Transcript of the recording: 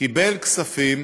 קיבל כספים